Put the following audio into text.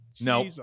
no